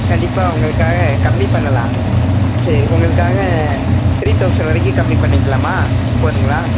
கண்டிப்பாக உங்களுக்காக கம்மி பண்ணலாம் சரி உங்களுக்காக த்ரீ தௌசண்ட் வரைக்கும் கம்மி பண்ணிக்கலாமா போதுங்களா